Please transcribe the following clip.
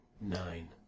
nine